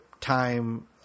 time